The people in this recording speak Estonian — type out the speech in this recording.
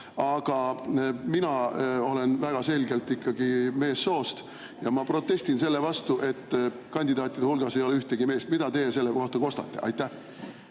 Aga mina olen väga selgelt ikkagi meessoost ja ma protestin selle vastu, et kandidaatide hulgas ei ole ühtegi meest. Mida te selle kohta kostate? Aitäh,